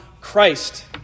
Christ